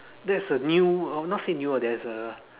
that's a new oh not say new lah there's a